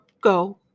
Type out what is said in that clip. go